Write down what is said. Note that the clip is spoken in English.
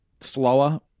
slower